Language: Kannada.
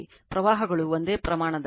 ಪ್ರವಾಹಗಳು ಒಂದೇ ಪ್ರಮಾಣದ ಸಮತೋಲನ 33